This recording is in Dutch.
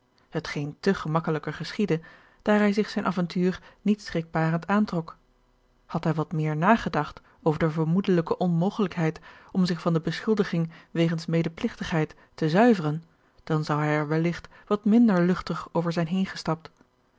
hetgeen te gemakkelijker geschiedde daar hij zich zijn avontuur niet schrikbarend aantrok had hij wat meer nagedacht over de vermoedelijke onmogelijkheid om zich van george een ongeluksvogel de beschuldiging wegens medepligtigheid te zuiveren dan zou hij er welligt wat minder luchtig over zijn heengestapt